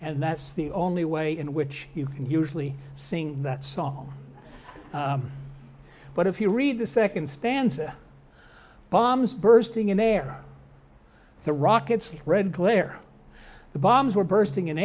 and that's the only way in which you can usually sing that song but if you read the second stanza bombs bursting in air the rockets red glare the bombs were bursting